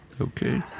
Okay